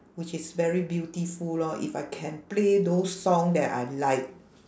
which is very beautiful lor if I can play those song that I like